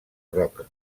roca